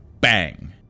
BANG